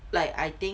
like I think